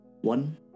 one